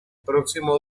próximo